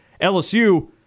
LSU